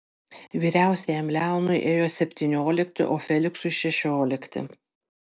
vyriausiajam leonui ėjo septyniolikti o feliksui šešiolikti